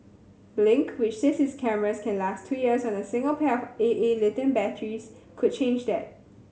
blink which says its cameras can last two years on a single pair of A A lithium batteries could change that